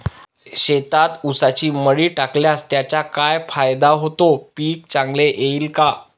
शेतात ऊसाची मळी टाकल्यास त्याचा काय फायदा होतो, पीक चांगले येईल का?